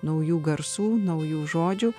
naujų garsų naujų žodžių